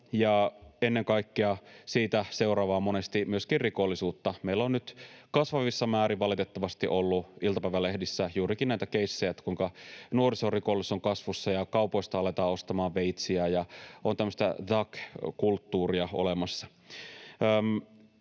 ennen kaikkea siitä monesti myöskin seuraavaa rikollisuutta. Meillä on nyt kasvavissa määrin valitettavasti ollut iltapäivälehdissä juurikin näitä keissejä, kuinka nuorisorikollisuus on kasvussa ja kaupoista aletaan ostamaan veitsiä ja on tämmöistä thug-kulttuuria olemassa.